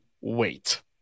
wait